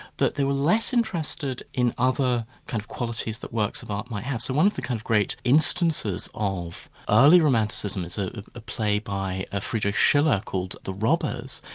that they were less interested in other kinds kind of qualities that works of art might have. so one of the kind of great instances of early romanticism is a ah play by ah freidrich schiller called, the robbers,